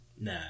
Nah